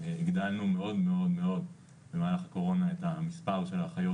הגדלנו מאוד מאוד מאוד במהלך הקורונה את המספר של האחיות